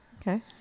Okay